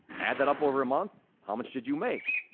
add that up over a month. how much did you make?